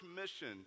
mission